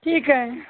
ठीक आहे